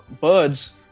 birds